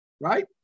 right